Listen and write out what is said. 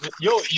Yo